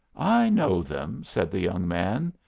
i know them, said the young man.